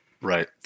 Right